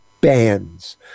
bands